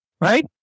Right